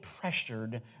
pressured